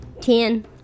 Ten